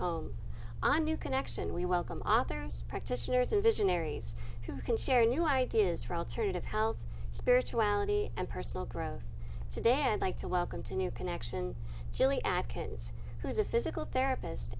home on new connection we welcome authors practitioners and visionaries who can share new ideas for alternative health spirituality and personal growth today and like to welcome to new connection julie atkins who is a physical therapist